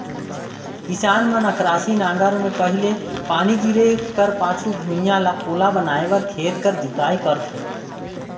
किसान मन अकरासी नांगर मे पहिल पानी गिरे कर पाछू भुईया ल पोला बनाए बर खेत कर जोताई करथे